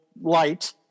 light